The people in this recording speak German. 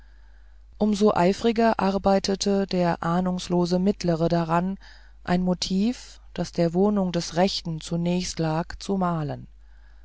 so eifriger arbeitete der ahnungslose mittlere daran ein motiv das der wohnung des rechten zunächst lag zu malen